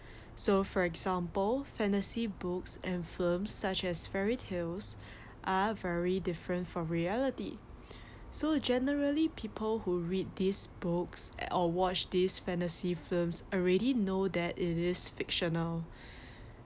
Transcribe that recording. so for example fantasy books and films such as fairy tales are very different from reality so generally people who read these books at all watch these fantasy films already know that is fictional